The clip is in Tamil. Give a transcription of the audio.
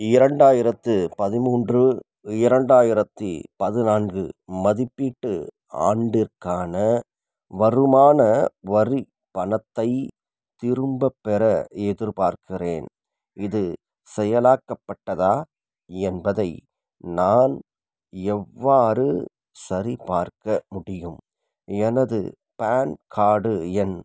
இரண்டாயிரத்து பதிமூன்று இரண்டாயிரத்தி பதினான்கு மதிப்பீட்டு ஆண்டிற்கான வருமான வரிப் பணத்தைத் திரும்பப்பெற எதிர்பார்க்கிறேன் இது செயலாக்கப்பட்டதா என்பதை நான் எவ்வாறு சரிபார்க்க முடியும் எனது பேன் கார்டு எண்